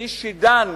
כאיש שדן,